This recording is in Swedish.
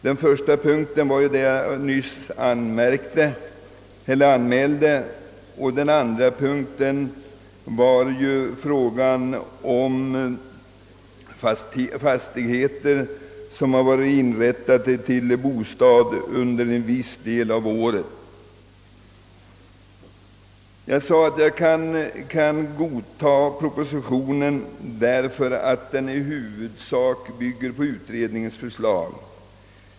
Den första punkten har jag just talat om och den andra punkten gäller fastigheter som under en viss del av året använts som bostad. Jag kan alltså godta propositionen och detta därför att den i stora drag bygger på utredningens förslag.